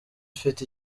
ufite